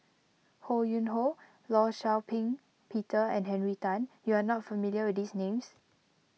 Ho Yuen Hoe Law Shau Ping Peter and Henry Tan you are not familiar with these names